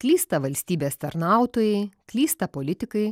klysta valstybės tarnautojai klysta politikai